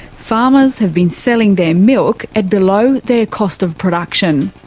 farmers have been selling their milk at below their cost of production.